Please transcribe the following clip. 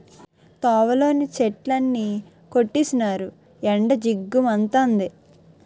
తోవలోని చెట్లన్నీ కొట్టీసినారు ఎండ జిగ్గు మంతంది